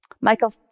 Michael